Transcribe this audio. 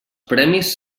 premis